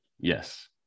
Yes